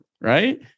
right